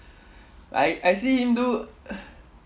I I see him do